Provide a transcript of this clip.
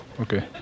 Okay